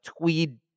tweed